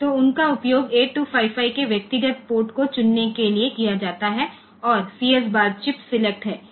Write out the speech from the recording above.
तो उनका उपयोग 8255 के व्यक्तिगत पोर्ट को चुनने के लिए किया जाता है और CS बार चिप सेलेक्टहै